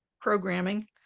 programming